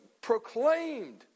proclaimed